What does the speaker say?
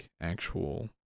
actual